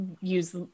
use